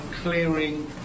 clearing